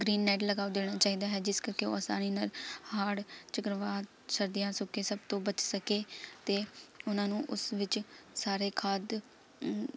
green net ਲਗਾਓ ਦੇਣਾ ਚਾਹੀਦਾ ਹੈ ਜਿਸ ਕਰਕੇ ਉਹ ਅਸਾਨੀ ਨਾਲ ਹੜ੍ਹ ਚੱਕਰਵਾਤ ਸਰਦੀਆਂ ਸੋਕੇ ਸਭ ਤੋਂ ਬਚ ਸਕੇ ਅਤੇ ਉਹਨਾਂ ਨੂੰ ਉਸ ਵਿੱਚ ਸਾਰੇ ਖਾਦ